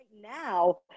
now